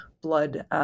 blood